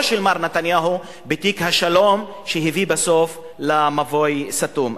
של מר נתניהו בתיק השלום שהביאה בסוף למבוי סתום.